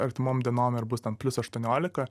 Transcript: artimom dienom ir bus ten plius aštuoniolika